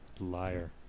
Liar